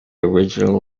original